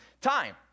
time